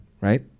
right